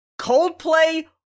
Coldplay